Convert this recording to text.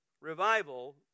revival